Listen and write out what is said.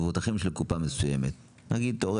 מבוטחים של קופה מסוימת מבדיקה שנעשתה.